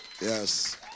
Yes